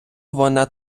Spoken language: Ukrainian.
вона